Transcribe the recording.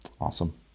Awesome